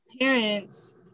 parents